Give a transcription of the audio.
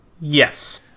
Yes